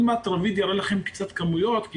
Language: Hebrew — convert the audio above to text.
רביד יראה לכם בהמשך כמויות כי